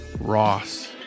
Ross